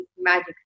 magic